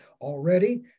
Already